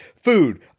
food